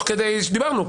כדי שדיברנו,